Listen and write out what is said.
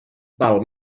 val